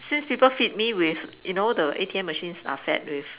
since people feed me with you know the A_T_M machines are fed with